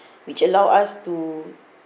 which allow us to